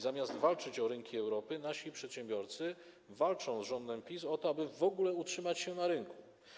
Zamiast walczyć o rynki Europy nasi przedsiębiorcy walczą z rządem PiS o to, aby w ogóle utrzymać się na rynku.